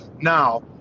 now